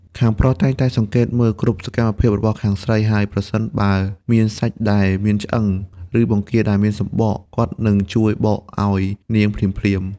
ខាងប្រុសតែងតែសង្កេតមើលគ្រប់សកម្មភាពរបស់ខាងស្រី ហើយប្រសិនបើមានសាច់ដែលមានឆ្អឹង ឬបង្គាដែលមានសំបក គាត់នឹងជួយបកឱ្យនាងភ្លាមៗ។